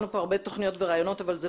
שנותר